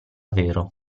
vero